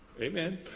Amen